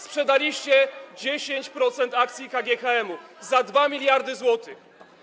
Sprzedaliście 10% akcji KGHM-u za 2 mld zł.